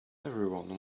everyone